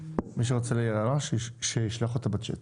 מי שרוצה להגיד הערה שישלח אותה בצ'ט.